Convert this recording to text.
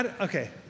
okay